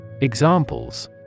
Examples